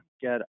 get